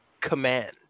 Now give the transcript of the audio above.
Command